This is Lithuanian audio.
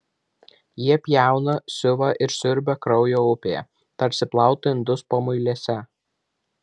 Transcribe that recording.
jie pjauna siuva ir siurbia kraujo upėje tarsi plautų indus pamuilėse